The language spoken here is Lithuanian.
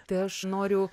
tai aš noriu